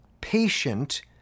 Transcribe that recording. patient